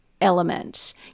element